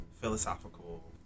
philosophical